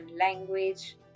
language